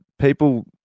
people